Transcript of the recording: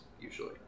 usually